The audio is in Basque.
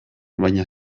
baina